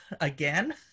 again